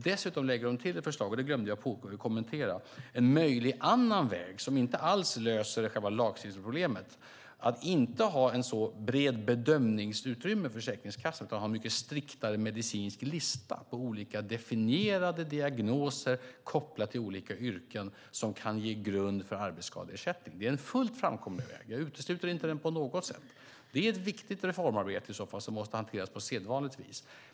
Dessutom lägger man till ett förslag som jag glömde att kommentera, en möjlig annan väg som inte alls löser själva lagstiftningsproblemet: att inte ha ett så brett bedömningsutrymme vid Försäkringskassan utan ha en mycket striktare medicinsk lista på olika definierade diagnoser kopplat till olika yrken som kan ge grund för arbetsskadeersättning. Det är en fullt framkomlig väg. Jag utesluter inte den på något sätt. Detta är ett viktigt reformarbete som måste hanteras på sedvanligt vis.